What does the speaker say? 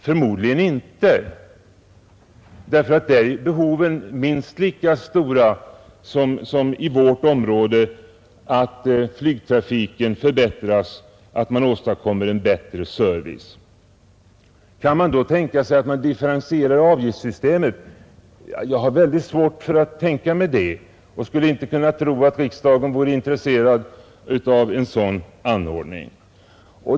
Förmodligen inte — där är behoven minst lika stora som i vårt område av att flygtrafiken förbättras och av att man åstadkommer en bättre service. Kan man då tänka sig att differentiera avgiftssystemen? Jag har mycket svårt att tänka mig det. Jag skulle inte tro att riksdagen vore intresserad av en sådan anordning.